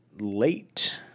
late